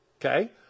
Okay